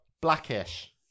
blackish